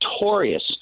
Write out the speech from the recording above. notorious